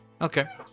Okay